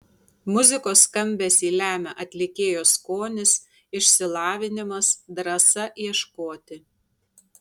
muzikos skambesį lemia atlikėjo skonis išsilavinimas drąsa ieškoti